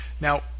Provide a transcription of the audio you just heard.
Now